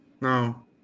No